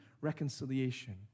reconciliation